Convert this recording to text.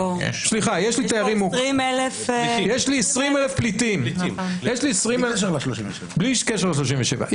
סליחה, יש לי 20,000 פליטים, בלי קשר ל-37,000.